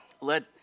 let